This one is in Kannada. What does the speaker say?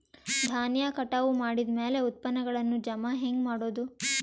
ಧಾನ್ಯ ಕಟಾವು ಮಾಡಿದ ಮ್ಯಾಲೆ ಉತ್ಪನ್ನಗಳನ್ನು ಜಮಾ ಹೆಂಗ ಮಾಡೋದು?